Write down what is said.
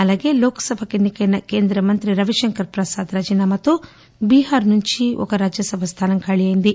అలాగే లోక్సభకు ఎన్సికైన కేంద్ర మంత్రి రవిశంకర్ ప్రసాద్ రాజీనామాతో బీహార్ నుంచి ఒక రాజ్యసభ స్దానం ఖాళీ అయ్యింది